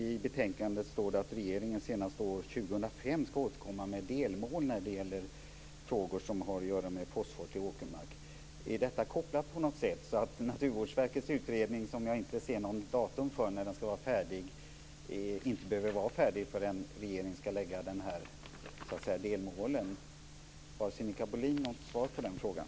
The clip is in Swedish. I betänkandet står det att regeringen senast 2005 ska återkomma med delmål för frågor som har att göra med fosfor i åkermark. Är det på något sätt kopplat så att Naturvårdsverkets utredning inte behöver vara färdig förrän regeringen ska lägga fram sitt förslag om delmålen? Har Sinikka Bohlin något svar på den frågan?